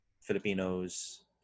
Filipinos